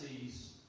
sees